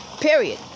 Period